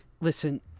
Listen